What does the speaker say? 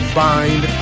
bind